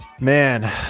Man